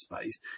space